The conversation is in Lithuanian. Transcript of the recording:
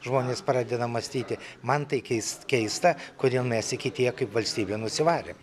žmonės pradeda mąstyti man tai keis keista kodėl mes iki tiek kaip valstybė nusivarėm